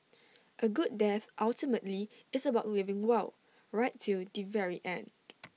A good death ultimately is about living well right till the very end